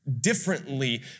differently